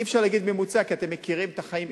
אי-אפשר להגיד ממוצע, כי אתם מכירים את החיים.